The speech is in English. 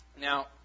Now